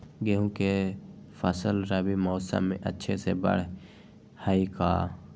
गेंहू के फ़सल रबी मौसम में अच्छे से बढ़ हई का?